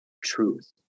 truth